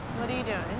what are you doing?